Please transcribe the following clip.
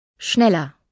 Schneller